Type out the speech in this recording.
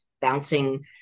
bouncing